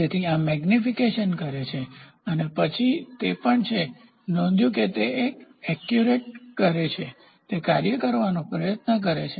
તેથી આ મેગનીફિકેશન કરે છે અને પછી તે જે પણ નોંધ્યું છે તે એક્ચુએટ કરે છે તે કાર્ય કરવાનો પ્રયાસ કરે છે